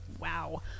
wow